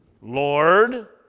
Lord